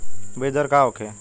बीजदर का होखे?